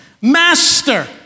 Master